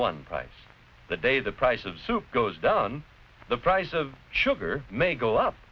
one price that day the price of soup goes down the price of sugar may go up